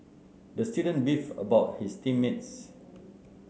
the student beef about his team mates